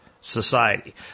society